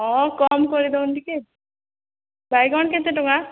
ହଁ କମ୍ କରିଦେଉନ୍ ଟିକେ ବାଇଗଣ କେତେ ଟଙ୍କା